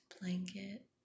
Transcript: blanket